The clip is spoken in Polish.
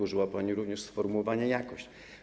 Użyła pani również sformułowania „jakość”